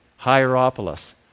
Hierapolis